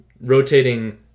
rotating